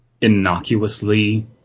innocuously